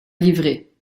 livrée